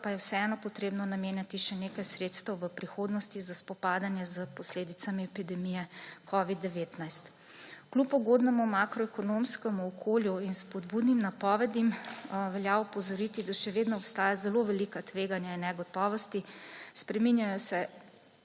pa je vseeno potrebno namenjati še nekaj sredstev v prihodnosti za spopadanje s posledicami epidemije covida-19. Kljub ugodnemu makroekonomskemu okolju in spodbudnim napovedim velja opozoriti, da še vedno obstajajo zelo velika tveganja in negotovosti, spreminjajo se